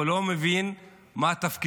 הוא לא מבין מה תפקידו.